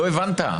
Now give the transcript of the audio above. לא הבנת.